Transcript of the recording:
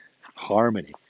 Harmony